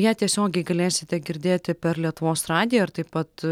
ją tiesiogiai galėsite girdėti per lietuvos radiją ir taip pat